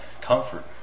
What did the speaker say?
comfort